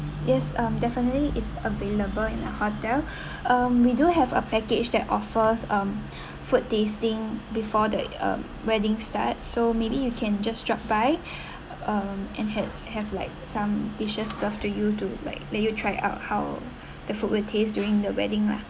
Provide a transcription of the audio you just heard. yes um definitely it's available in the hotel um we do have a package that offers um food tasting before the uh wedding start so maybe you can just drop by um and have have like some dishes served to you to like let you try out how the food will taste during the wedding lah